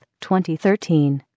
2013